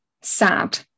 sad